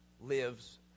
lives